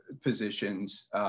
positions